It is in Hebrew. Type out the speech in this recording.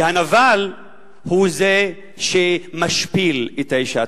והנבל הוא זה שמשפיל את האשה.